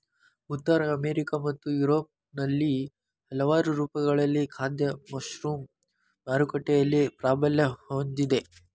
ಉತ್ತರ ಅಮೆರಿಕಾ ಮತ್ತು ಯುರೋಪ್ನಲ್ಲಿ ಹಲವಾರು ರೂಪಗಳಲ್ಲಿ ಖಾದ್ಯ ಮಶ್ರೂಮ್ ಮಾರುಕಟ್ಟೆಯಲ್ಲಿ ಪ್ರಾಬಲ್ಯ ಹೊಂದಿದೆ